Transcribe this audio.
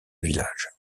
village